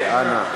עיסאווי, אנא.